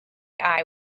eye